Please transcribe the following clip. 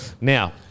Now